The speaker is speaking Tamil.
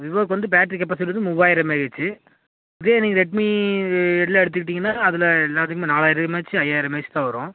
விவோவுக்கு வந்து பேட்ரி கெப்பாசிட்டி வந்து மூவாயிரம் எம்ஏஹெச் இதே ரெட்மி எல்லாம் எடுத்துக்கிட்டிங்கன்னால் அதில் எல்லாத்துக்குமே நாலாயிரம் எம்ஏஹெச் ஐயாயிரம் எம்ஏஹெச் தான் வரும்